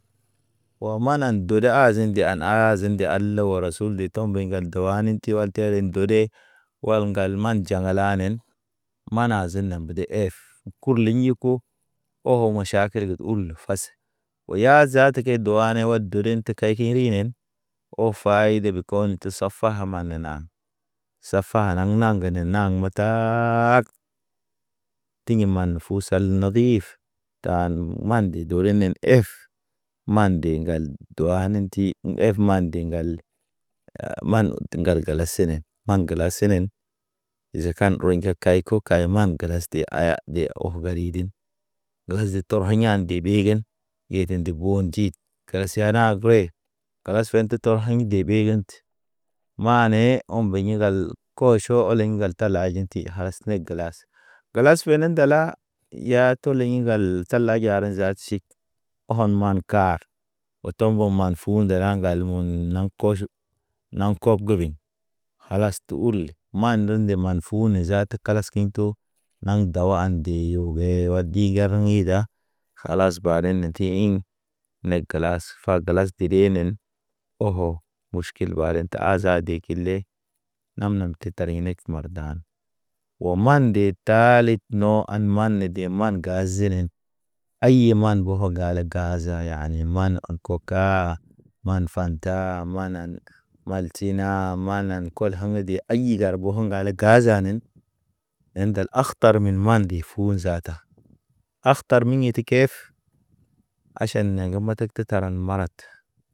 Ɔ manan dori azen de ana nazen de ala ora sul de tɔ mbeɲ ŋgande, to anin ti wal tere ndode. Wal ŋgal man jaŋ lanen mana azen nambede ef, kurliɲ ko. Oho maʃakilgə ul fas o ya zaata ke duwane wad durin te kaykerinen. O fayde bikon te safa hamanena, safa anaŋ ne naŋ metaag. Tiŋ man fu sal nadif, tan man de dorinen ef. Man de ŋgal duwa nen ti, ef man nde ŋgal, man udu ŋgal gala sene, man gala senen. Izakan rɔyŋge kayko kayman gelas de haya de of garidin, lo as de tɔrhayan de ɓegen, ŋgeten de bondit. Kere siya nag re, kalas fente tɔr ŋaɲ de ɓegent. Mane ɔm benji ŋgal koʃo oliŋ ŋgal tala ajinti gelas, gelas fene ndala ya to ley ŋgal tala njala zaat si. Ɔn man kar, oto ŋgo man fu nde la ŋgal mun nam kɔʃin, nam kof giviŋ. Halas te urle, man nde ndeman fu ne zaat kalas kiɲto, naŋ dawa an de oo ge oo digareŋ i da. Halas baden ne teɲiŋ, ne gelas fa gelas dedenen, ohɔ muʃkil baden te aza dekil le, nam- nam te tar inek mardan. Oo man nde taalit no an man de man gazinen. Aye man boko gale gaza yani man an koka, kaa, man fanta man nane ka. Maltina man nan kol aŋ de ay ɓo ŋgale gazanen. Ḛndal akhtar min man nde fu zaata, akhtar miɲe ti kef. Aʃan ne ge metek te taraŋ marat.